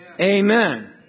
Amen